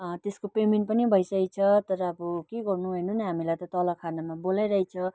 त्यसको पेमेन्ट पनि भइसकेको छ तर अब के गर्नु हेर्नु न हामीलाई त तल खानामा बोलाइरहेको छ